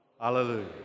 hallelujah